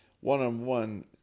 one-on-one